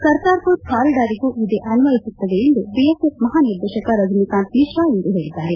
ಕರ್ತಾರ್ಪುರ್ ಕಾರಿಡಾರ್ಗೂ ಇದೇ ಅನ್ವಯಿಸುತ್ತದೆ ಎಂದು ಬಿಎಸ್ಎಫ್ ಮಹಾನಿರ್ದೇಶಕ ರಜನಿ ಕಾಂತ್ ವಿಶ್ರಾ ಇಂದು ಹೇಳಿದ್ದಾರೆ